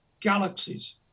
galaxies